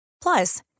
Plus